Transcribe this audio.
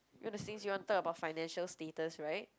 you want to since you want to talk about financial status [right]